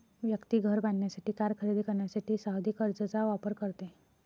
व्यक्ती घर बांधण्यासाठी, कार खरेदी करण्यासाठी सावधि कर्जचा वापर करते